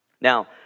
Now